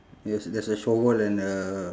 yes there's a shovel and a